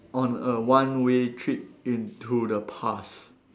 on a one way trip into the past